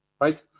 right